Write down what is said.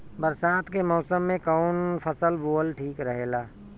बरसात के मौसम में कउन फसल बोअल ठिक रहेला?